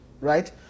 right